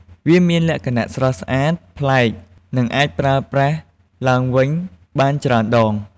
វាមានលក្ខណៈស្រស់ស្អាត ប្លែក និងអាចប្រើប្រាស់ឡើងវិញបានច្រើនដង។